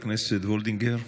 חברת הכנסת וולדיגר?